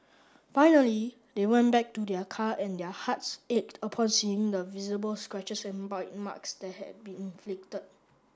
finally they went back to their car and their hearts ached upon seeing the visible scratches and bite marks that had been inflicted